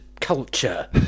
culture